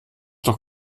doch